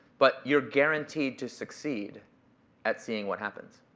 but you're guaranteed to succeed at seeing what happens.